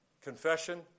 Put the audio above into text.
confession